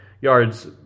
yards